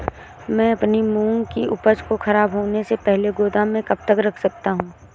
मैं अपनी मूंग की उपज को ख़राब होने से पहले गोदाम में कब तक रख सकता हूँ?